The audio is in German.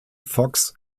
fox